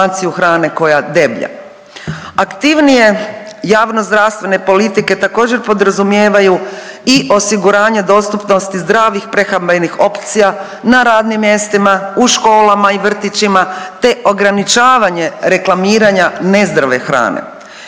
Aktivnije javnozdravstvene politike također podrazumijevaju i osiguranje dostupnosti zdravih prehrambenih opcija na radnim mjestima, u školama i vrtićima, te ograničavanje reklamiranja nezdrave hrane.